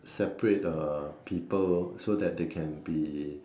separate uh people so that they can be